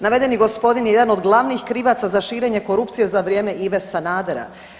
Navedeni gospodin je jedan od glavnih krivaca za širenje korupcije za vrijeme Ive Sanadera.